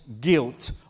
guilt